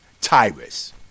Tyrus